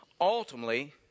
ultimately